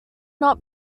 not